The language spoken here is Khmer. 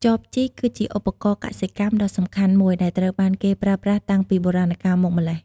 ចបជីក គឺជាឧបករណ៍កសិកម្មដ៏សំខាន់មួយ ដែលត្រូវបានគេប្រើប្រាស់តាំងពីបុរាណកាលមកម្ល៉េះ។